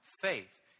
faith